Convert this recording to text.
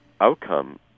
outcome